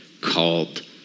called